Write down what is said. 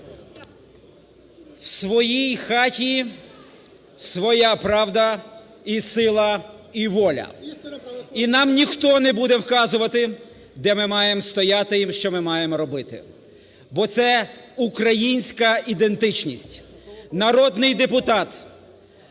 В своїй хаті, своя правда і сила, і воля. І нам ніхто не буде вказувати, де ми маємо стояти, і що ми маємо робити, бо це українська ідентичність. Народний депутат,